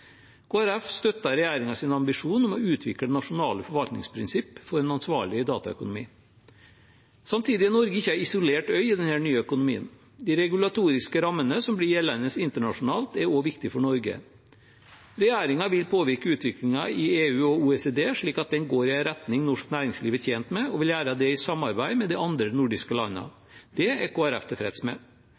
ambisjon om å utvikle nasjonale forvaltningsprinsipper for en ansvarlig dataøkonomi. Samtidig er Norge ikke en isolert øy i denne nye økonomien. De regulatoriske rammene som blir gjeldende internasjonalt, er også viktige for Norge. Regjeringen vil påvirke utviklingen i EU og OECD, slik at den går i en retning norsk næringsliv er tjent med, og vil gjøre det i samarbeid med de andre nordiske landene. Det er Kristelig Folkeparti tilfreds med.